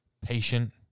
patient